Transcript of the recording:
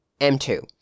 M2